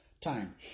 time